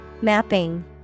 Mapping